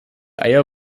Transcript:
eier